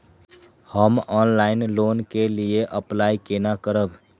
हम online loan के लिए अप्लाई केना करब?